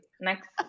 Next